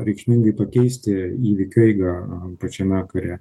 reikšmingai pakeisti įvykių eigą pačiame kare